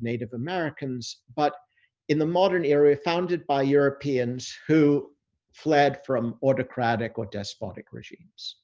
native americans, but in the modern era, founded by europeans who fled from autocratic or despotic regimes.